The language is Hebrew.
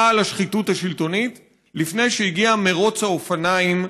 האלימות, הפשיעה והנשק המשתולל ביישובים הערביים.